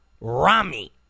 Rami